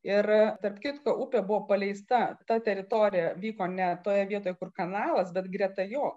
ir tarp kitko upė buvo paleista ta teritorija vyko ne toje vietoje kur kanalas bet greta jo